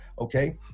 okay